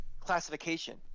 classification –